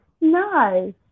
No